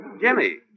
Jimmy